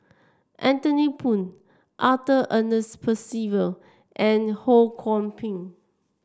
Anthony Poon Arthur Ernest Percival and Ho Kwon Ping